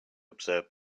observe